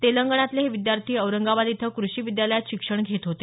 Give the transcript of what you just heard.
तेलंगणातले हे विद्यार्थी औरंगाबाद इथं कृषी विद्यालयात शिक्षण घेत होते